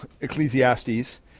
Ecclesiastes